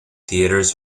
theaters